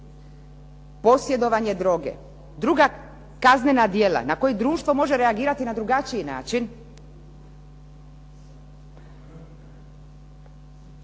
posjedovanje droge druga kaznena djela na koja društvo može reagirati na drugačiji način